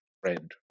Friend